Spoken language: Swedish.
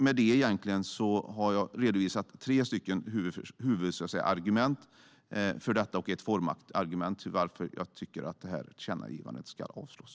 Med det har jag redovisat tre huvudargument och ett formargument för varför jag tycker att det här tillkännagivandet ska avslås.